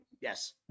Yes